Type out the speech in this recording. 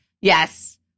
Yes